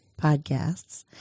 podcasts